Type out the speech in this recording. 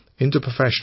interprofessional